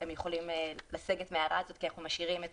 הם יכולים לסגת מההערה הזאת, כי אנחנו משאירים את